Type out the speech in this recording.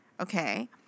okay